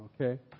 okay